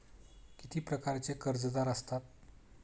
किती प्रकारचे कर्जदार असतात